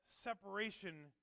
separation